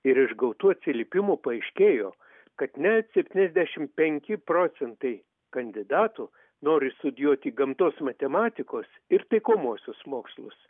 ir iš gautų atsiliepimų paaiškėjo kad net septyniasdešimt penki procentai kandidatų nori studijuoti gamtos matematikos ir taikomuosius mokslus